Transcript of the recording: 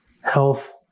health